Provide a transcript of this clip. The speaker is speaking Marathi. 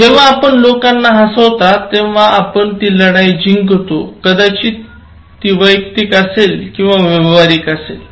जेव्हा आपण लोकांना हसवता तेव्हा आपण ती लढाई जिंकतो कदाचित ती वैयक्तिक असेल किंवा व्यावहारिक असेल